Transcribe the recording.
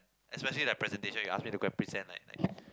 especially that presentation you ask me go and present like like